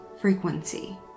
frequency